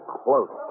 close